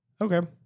Okay